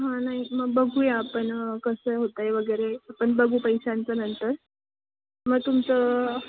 हां नाही मग बघूया आपण कसं आहे होतं आहे वगैरे आपण बघू पैशांचं नंतर मग तुमचं